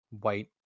white